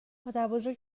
مادربزرگ